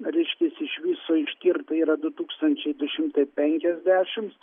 reiškias iš viso ištirta yra du tūkstančiai du šimtai penkiasdešims